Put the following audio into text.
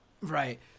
right